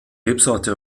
rebsorte